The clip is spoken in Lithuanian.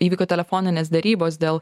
įvyko telefoninės derybos dėl